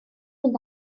mynd